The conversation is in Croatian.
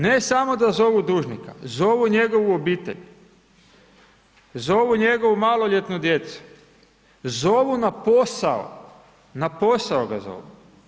Ne samo da zovu dužnika, zovu i njegovu obitelj, zovu njegovu maloljetnu, zovu na posao, na posao ga zovu.